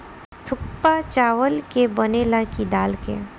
थुक्पा चावल के बनेला की दाल के?